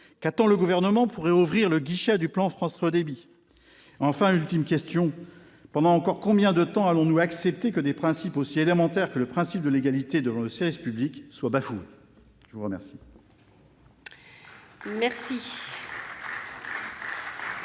Qu'attend le Gouvernement pour rouvrir le guichet du plan France très haut débit ? Enfin, ultime question, pendant encore combien de temps allons-nous accepter que des principes aussi élémentaires que celui de l'égalité devant le service public soient bafoués ? La parole